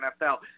NFL